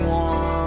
one